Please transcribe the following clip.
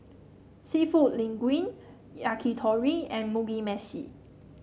seafood Linguine Yakitori and Mugi Meshi